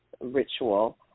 ritual